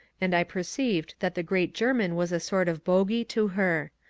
and i perceived that the great grerman was a sort of bogy to her.